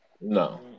No